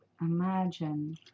imagine